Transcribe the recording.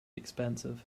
expensive